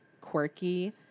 quirky